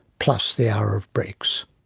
plus the hour of breaks.